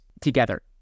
together